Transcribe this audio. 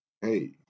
Hey